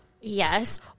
Yes